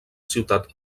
ciutat